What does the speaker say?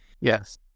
yes